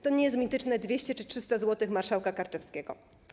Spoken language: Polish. To nie jest mityczne 200 zł czy 300 zł marszałka Karczewskiego.